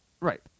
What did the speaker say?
Right